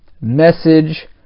message